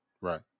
Right